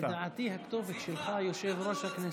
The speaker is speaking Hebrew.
לדעתי, הכתובת שלך היא יושב-ראש הכנסת.